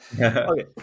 Okay